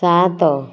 ସାତ